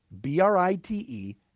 B-R-I-T-E